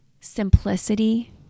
simplicity